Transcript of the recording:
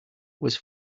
was